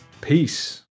Peace